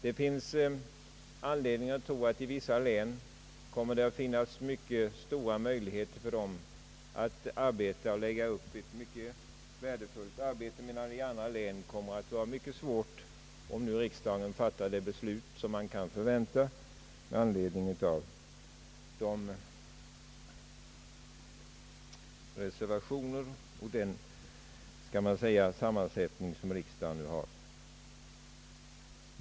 Det finns anledning att tro att sällskapen i vissa län kommer att ha stora möjligheter att utföra ett värdefullt arbete, medan det i andra län kommer att bli mycket svårt, om riksdagen fattar det beslut som man kan förvänta med anledning av reservationerna och med den sammansättning som riksdagen nu har.